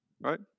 Right